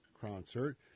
concert